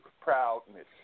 proudness